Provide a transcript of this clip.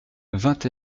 vingt